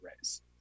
raise